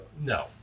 No